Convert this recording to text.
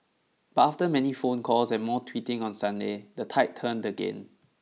but after many phone calls and more tweeting on Sunday the tide turned again